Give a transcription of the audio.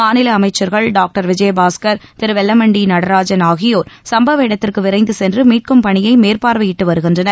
மாநில அமைச்சள்கள் டாக்டர் விஜயபாஸ்கர் திரு வெல்லமண்டி நடராஜன் ஆகியோர் சும்பவ இடத்திற்கு விரைந்து சென்று மீட்கும் பணியை மேற்பார்வையிட்டு வருகின்றனர்